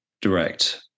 direct